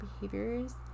behaviors